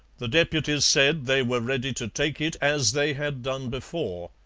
the deputies said they were ready to take it as they had done before.